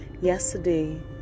Yesterday